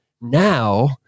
Now